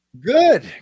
Good